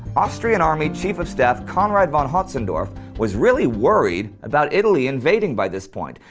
austrian army chief of staff conrad von hotzendorf was really worried about italy invading by this point,